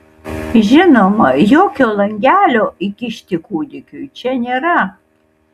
žinoma jokio langelio įkišti kūdikiui čia nėra